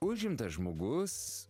užimtas žmogus